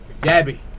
Gabby